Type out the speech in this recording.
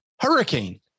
hurricane